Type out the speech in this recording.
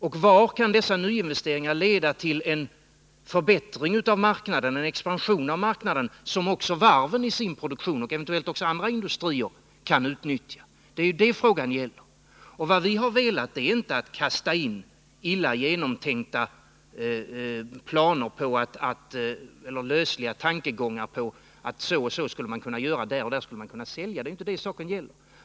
Och var kan dessa nyinvesteringar leda till en förbättring av marknaden, en expansion som också varven och eventuellt andra industrier kan utnyttja i sin produktion? Vi har inte velat kasta fram illa genomtänkta planer på eller lösliga tankegångar om att så och så skulle man kunna göra, där och där skulle man kunna sälja. Det är inte det saken gäller.